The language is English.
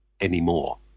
anymore